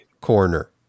corner